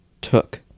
took